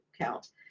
count